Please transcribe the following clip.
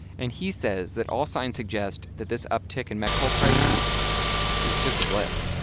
and he says that all signs suggest that this uptick in met coal prices is just a blip.